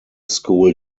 school